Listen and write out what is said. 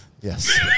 Yes